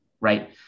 right